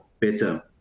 better